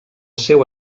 seu